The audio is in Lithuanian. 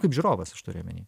kaip žiūrovas aš turiu omeny